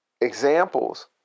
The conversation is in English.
examples